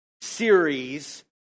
series